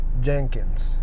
Jenkins